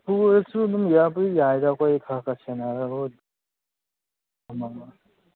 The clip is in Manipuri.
ꯄꯨꯔꯁꯨ ꯑꯗꯨꯝ ꯌꯥꯕꯨꯗꯤ ꯌꯥꯏꯗ ꯑꯩꯈꯣꯏ ꯈꯔ ꯈꯔ ꯁꯦꯟꯅꯔꯒ ꯊꯝꯃꯝꯃꯒ